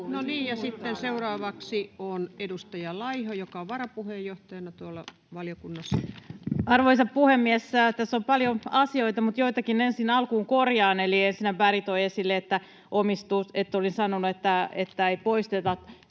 No niin, ja sitten seuraavaksi on edustaja Laiho, joka on varapuheenjohtajana valiokunnassa. Arvoisa puhemies! Tässä on paljon asioita, mutta joitakin ensin alkuun korjaan. Ensinnä Berg toi esille, että olin sanonut, että ei poisteta,